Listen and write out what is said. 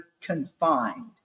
confined